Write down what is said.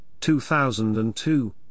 2002